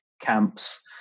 camps